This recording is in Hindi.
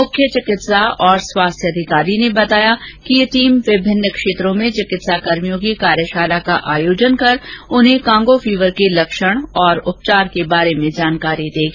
मुख्य चिकित्सा और स्वास्थ्य अधिकारी ने बताया कि यह टीम विभिन्न क्षेत्रों में चिकित्सा कर्भियों की कार्यशाला का आयोजन कर उन्हें कांगो फीवर के लक्षण और उपचार के बारे में जानकारी देगी